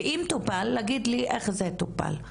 ואם טופל להגיד לי איך זה טופל.